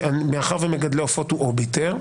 מאחר ומגדלי העופות הוא אוביטר,